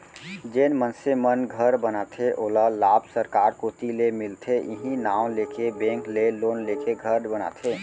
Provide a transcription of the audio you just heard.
जेन मनसे मन घर बनाथे ओला लाभ सरकार कोती ले मिलथे इहीं नांव लेके बेंक ले लोन लेके घर बनाथे